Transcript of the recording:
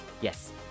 yes